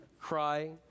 cry